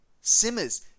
Simmers